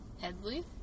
Headley